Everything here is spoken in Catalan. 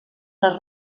les